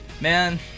Man